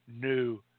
new